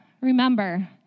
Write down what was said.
remember